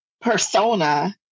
persona